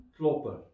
Klopper